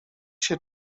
się